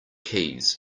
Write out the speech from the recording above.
keys